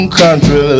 country